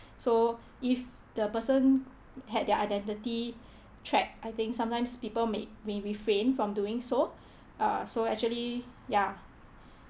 so if the person had their identity track I think sometimes people may may be framed from doing so uh so actually ya